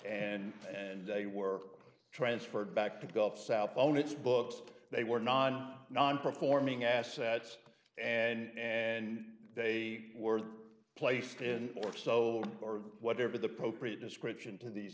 and and they were transferred back to the gulf south on its books they were non non performing assets and and they were placed in or so or whatever the procrit description to these